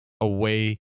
away